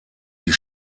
die